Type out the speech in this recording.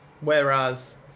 Whereas